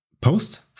post